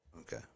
Okay